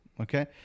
Okay